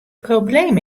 probleem